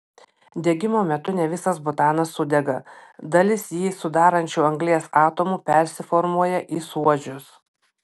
degimo metu ne visas butanas sudega dalis jį sudarančių anglies atomų persiformuoja į suodžius